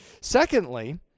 Secondly